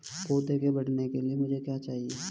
पौधे के बढ़ने के लिए मुझे क्या चाहिए?